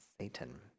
Satan